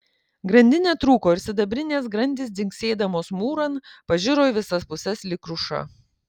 grandinė trūko ir sidabrinės grandys dzingsėdamos mūran pažiro į visas puses lyg kruša